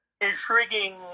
intriguing